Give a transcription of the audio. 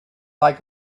like